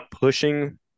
pushing